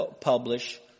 publish